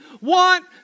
want